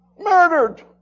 Murdered